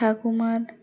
ঠাকুমার